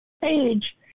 page